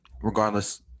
Regardless